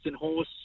horse